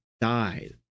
died